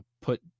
put